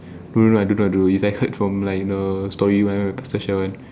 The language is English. no no I don't know is like heard from like the story one the special one